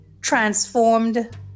transformed